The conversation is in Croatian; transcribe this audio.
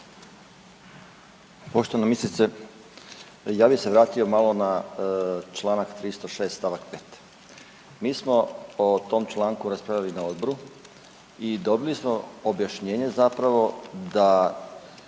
Poštovana ministrice, ja bih se vratio malo na članak 306. Stavak 5. Mi smo o tom članku raspravljali na odboru i dobili smo objašnjenje zapravo da